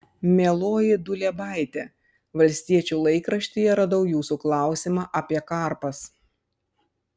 mieloji duliebaite valstiečių laikraštyje radau jūsų klausimą apie karpas